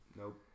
Nope